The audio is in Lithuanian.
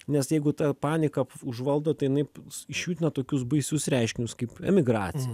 nes jeigu ta panika užvaldo tai jinai išjudina tokius baisius reiškinius kaip emigraciją